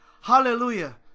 Hallelujah